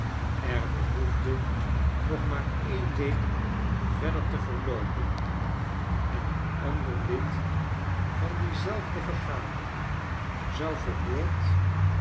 er behoefde nog maar een week verder te verloopen en een ander lid van diezelfde vergadering zou verhoord